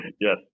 Yes